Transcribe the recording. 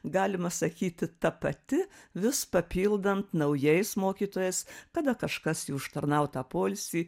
galima sakyti ta pati vis papildant naujais mokytojais kada kažkas į užtarnautą poilsį